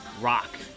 rock